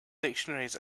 dictionaries